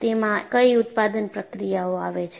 તેમાં કઈ ઉત્પાદન પ્રક્રિયાઓ આવે છે